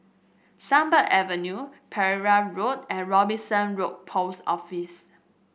Sunbird Avenue Pereira Road and Robinson Road Post Office